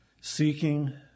seeking